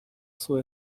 سوء